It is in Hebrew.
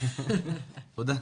תודה.